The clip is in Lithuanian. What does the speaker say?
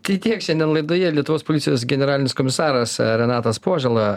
tai tiek šiandien laidoje lietuvos policijos generalinis komisaras renatas požėla